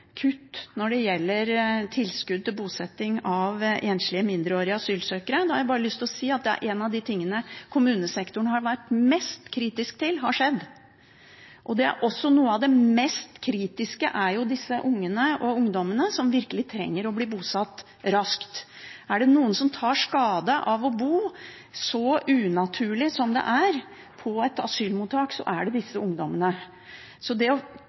kutt når det gjelder tilskudd til bosetting av enslige mindreårige asylsøkere. Da har jeg bare lyst til å si at en av de tingene som kommunesektoren har vært mest kritisk til, har skjedd. Noe av det mest kritiske er jo disse ungene, og ungdommene, som virkelig trenger å bli bosatt raskt. Er det noen som tar skade av å bo så unaturlig som det er å bo på et asylmottak, så er det disse ungdommene. Det å